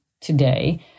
today